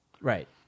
Right